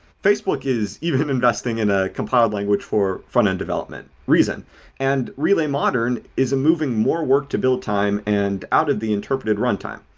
facebook is even investing in a compiled language for front-end development, reason and relay modern is moving more work to build time and out of the interpreted runtime.